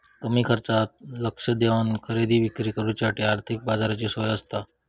कमी खर्चात लक्ष देवन खरेदी विक्री करुच्यासाठी आर्थिक बाजाराची सोय आसता